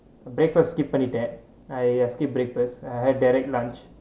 breakfast skip பண்ணிட்டேன்:pannittaen I skipped breakfast had direct lunch